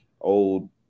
old